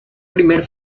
primer